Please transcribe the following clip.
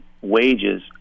wages